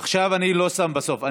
עכשיו אני לא שם בסוף,